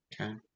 okay